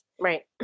right